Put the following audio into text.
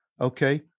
okay